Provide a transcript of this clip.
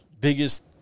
biggest